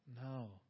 No